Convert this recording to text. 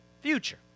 future